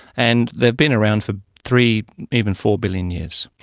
and they have been around for three even four billion years.